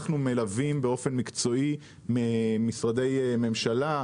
אנחנו גם מלווים באופן מקצועי משרדי ממשלה,